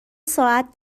ساعت